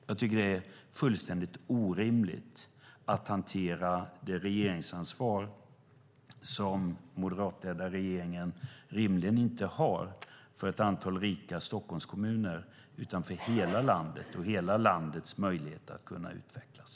Jag tycker att det är fullständigt orimligt att på detta sätt hantera det regeringsansvar som den moderatledda regeringen rimligen inte har för ett antal rika Stockholmskommuner utan har för hela landet och hela landets möjligheter att utvecklas.